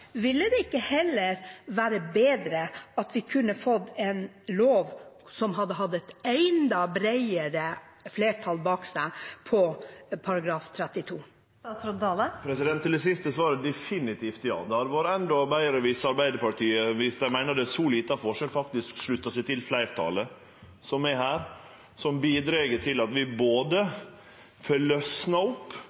ville det ikke heller ha vært bedre om vi kunne ha fått en lov som hadde hatt et enda bredere flertall bak seg når det gjelder § 32? Til det siste er svaret definitivt ja. Det hadde vore endå betre viss Arbeidarpartiet, viss dei meiner det er så liten forskjell, faktisk slutta seg til fleirtalet som er her, som bidreg til at vi får løyst opp